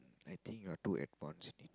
I think you're too advanced